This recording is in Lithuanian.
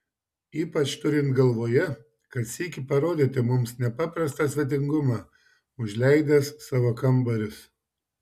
ypač turint galvoje kad sykį parodėte mums nepaprastą svetingumą užleidęs savo kambarius